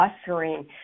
ushering